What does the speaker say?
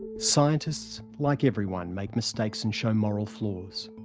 scientists, like everyone, make mistakes and show moral flaws.